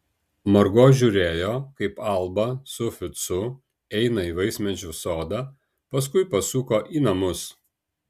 margo žiūrėjo kaip alba su ficu eina į vaismedžių sodą paskui pasuko į namus